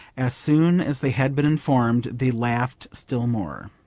as soon as they had been informed they laughed still more.